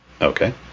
Okay